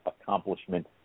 accomplishment